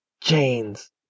chains